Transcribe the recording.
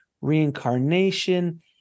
reincarnation